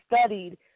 studied